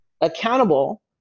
accountable